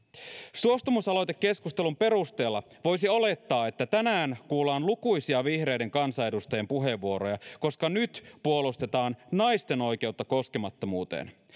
suostumus aloitekeskustelun perusteella voisi olettaa että tänään kuullaan lukuisia vihreiden kansanedustajien puheenvuoroja koska nyt puolustetaan naisten oikeutta koskemattomuuteen